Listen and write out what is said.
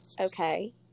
okay